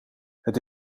het